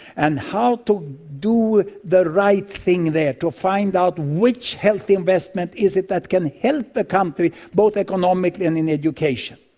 and how to do the right thing there, to find out which health investment is it that can help the country, both economically and in education?